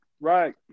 Right